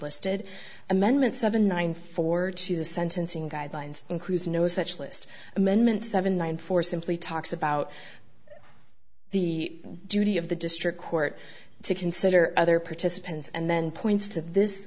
listed amendment seven nine four to the sentencing guidelines includes no such list amendment seven nine four simply talks about the duty of the district court to consider other participants and then points to this